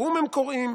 ובאו"ם הם קוראים,